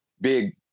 big